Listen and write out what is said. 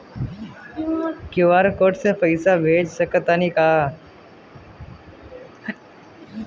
QR code से पईसा भेज सक तानी का?